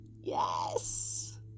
Yes